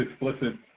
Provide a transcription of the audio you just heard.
explicit